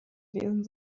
gewesen